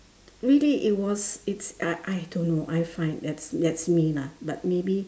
really it was it's uh I don't know I find that's that's me lah but maybe